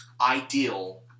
Ideal